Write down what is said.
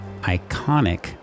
iconic